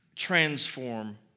transform